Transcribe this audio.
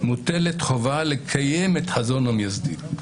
מוטלת חובה לקיים את חזון המייסדים.